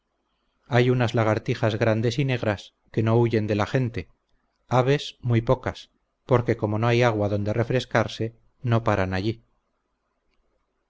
hay unas lagartijas grandes y negras que no huyen de la gente aves muy pocas porque como no hay agua donde refrescarse no paran allí